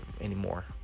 anymore